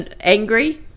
angry